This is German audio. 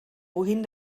wohin